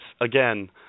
again